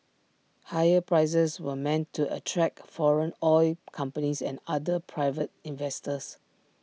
higher prices were meant to attract foreign oil companies and other private investors